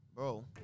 bro